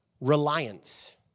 reliance